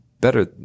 better